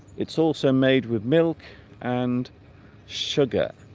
it's also made with milk and sugar